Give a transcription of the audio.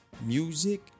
music